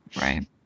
right